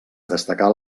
destacar